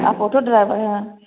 आप auto driver हैं